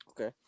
Okay